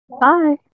Bye